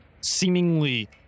seemingly